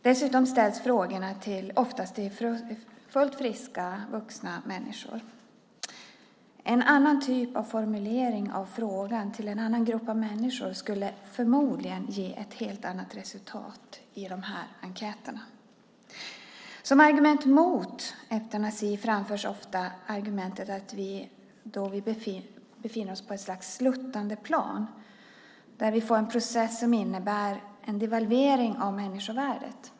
Dessutom ställs frågorna oftast till fullt friska vuxna människor. En annan typ av formulering av frågan till en annan grupp av människor skulle förmodligen ge ett helt annat resultat i de här enkäterna. Som argument mot eutanasi framförs ofta argumentet att vi då befinner oss på ett slags sluttande plan. Vi får en process som innebär en devalvering av människovärdet.